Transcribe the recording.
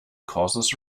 causes